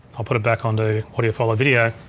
i'll put it back on the audio follow video.